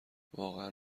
واقعا